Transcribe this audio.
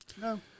no